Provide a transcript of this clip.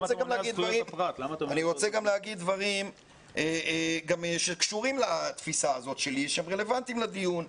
אני רוצה גם להגיד דברים שקשורים לתפיסה הזאת שלי שהם רלוונטיים לדיון.